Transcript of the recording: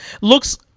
looks